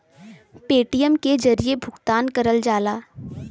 Paytm के जरिये भुगतान करल जाला